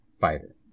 fighter